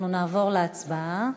אנחנו נעבור להצבעה.